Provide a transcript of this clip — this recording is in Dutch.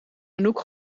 anouk